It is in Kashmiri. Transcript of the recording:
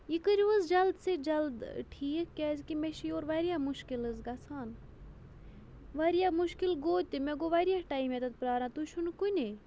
یہِ کٔرِو حظ جلد سے جلد ٹھیٖک کیٛازِکہِ مےٚ چھِ یورٕ واریاہ مُشکِل حظ گَژھان واریاہ مُشکِل گوٚو تہِ مےٚ گوٚو واریاہ ٹایم ییٚتٮ۪تھ پیٛاران تُہۍ چھُو نہٕ کُنے